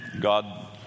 God